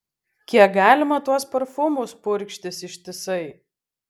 kiek galima tuos parfumus purkštis ištisai